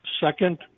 second